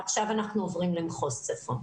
עכשיו אנחנו עוברים למחוז צפון.